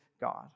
God